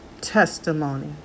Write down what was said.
testimony